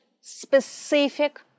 specific